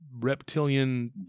reptilian